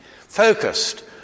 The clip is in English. focused